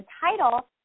title